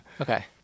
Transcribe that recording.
Okay